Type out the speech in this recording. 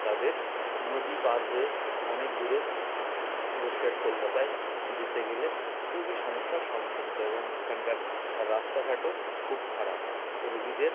তাদের নদী পার হয়ে অনেক দূরে বসিরহাট কলকাতায় যেতে গেলে খুবই সমস্যার সম্মুখীন হতে হয় এবং এখনাকার রাস্তাঘাটও খুব খারাপ রোগীদের